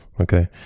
okay